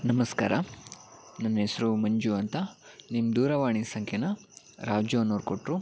ನಮಸ್ಕಾರ ನನ್ನ ಹೆಸ್ರು ಮಂಜು ಅಂತ ನಿಮ್ಮ ದೂರವಾಣಿ ಸಂಖ್ಯೆನ ರಾಜು ಅನ್ನೋರು ಕೊಟ್ಟರು